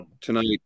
tonight